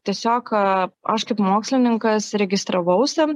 tiesiog aš kaip mokslininkas registravausi